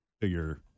Figure